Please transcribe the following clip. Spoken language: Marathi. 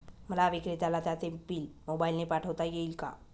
मला विक्रेत्याला त्याचे बिल मोबाईलने पाठवता येईल का?